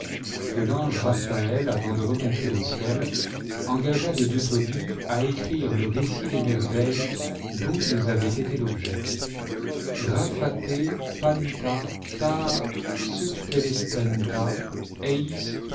que l'ange raphaël avant de remonter au ciel engagea les deux tobie à écrire le récit des merveilles dont ils avaient été l'objet ypâijate ttâvta ta